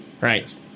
Right